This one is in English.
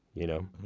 you know?